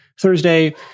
thursday